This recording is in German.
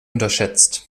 unterschätzt